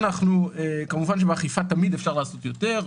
כמובן שבאכיפה תמיד אפשר לעשות יותר,